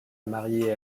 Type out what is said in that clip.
marié